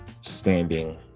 standing